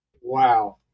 Wow